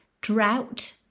drought